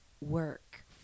work